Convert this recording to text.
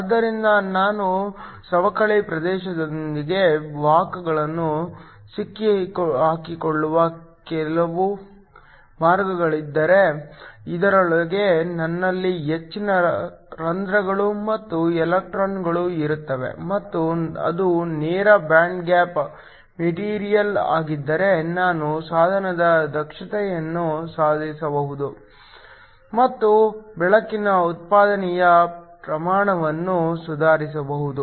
ಆದ್ದರಿಂದ ನಾನು ಸವಕಳಿ ಪ್ರದೇಶದೊಳಗೆ ವಾಹಕಗಳನ್ನು ಸಿಕ್ಕಿಹಾಕಿಕೊಳ್ಳುವ ಕೆಲವು ಮಾರ್ಗಗಳಿದ್ದರೆ ಇದರೊಳಗೆ ನನ್ನಲ್ಲಿ ಹೆಚ್ಚಿನ ಹೋಲ್ ಗಳು ಮತ್ತು ಎಲೆಕ್ಟ್ರಾನ್ ಗಳು ಇರುತ್ತವೆ ಮತ್ತು ಅದು ನೇರ ಬ್ಯಾಂಡ್ ಗ್ಯಾಪ್ ಮೆಟೀರಿಯಲ್ ಆಗಿದ್ದರೆ ನಾನು ಸಾಧನದ ದಕ್ಷತೆಯನ್ನು ಸುಧಾರಿಸಬಹುದು ಮತ್ತು ಬೆಳಕಿನ ಉತ್ಪಾದನೆಯ ಪ್ರಮಾಣವನ್ನು ಸುಧಾರಿಸಬಹುದು